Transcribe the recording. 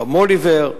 הרב מוהליבר,